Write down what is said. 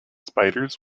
spiders